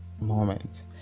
moment